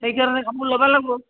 সেইকাৰণে কাপোৰ ল'ব লাগিব